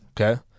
okay